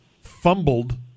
fumbled